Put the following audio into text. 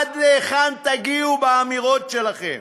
עד לאן תגיעו באמירות שלכם?